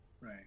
Right